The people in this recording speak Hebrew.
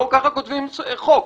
לא ככה כותבים חוק.